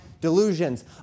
delusions